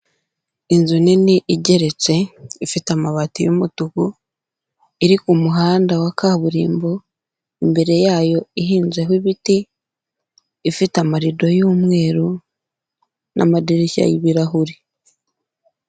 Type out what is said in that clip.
Inzu nini igeretse ifite amabati y'umutuku iri ku muhanda wa kaburimbo, imbere yayo ihinzeho ibiti, ifite amarido y'umweru n'amadirishya y'ibirahure.